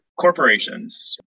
corporations